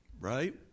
Right